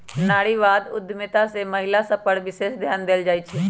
नारीवाद उद्यमिता में महिला सभ पर विशेष ध्यान देल जाइ छइ